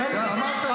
--- נאור, די.